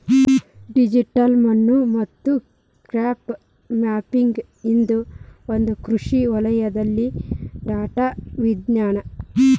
digital ಮಣ್ಣು ಮತ್ತು crop mapping ಇದು ಒಂದು ಕೃಷಿ ವಲಯದಲ್ಲಿ ಡೇಟಾ ವಿಜ್ಞಾನ